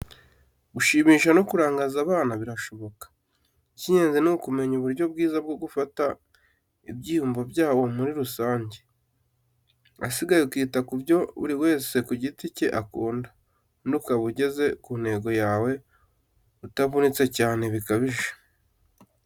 Gushimisha no kurangaza abana birashoboka, icy'ingenzi ni ukumenya uburyo bwiza bwo gufata ibyiyumvo byabo muri rusange, ahasigaye ukita ku byo buri wese ku giti cye akunda, ubundi ukaba ugeze ku ntego yawe utavunitse cyane bikabije.